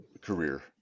career